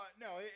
no